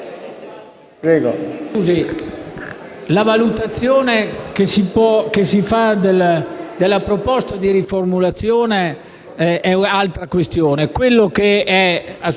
la valutazione della proposta di riformulazione è un'altra questione.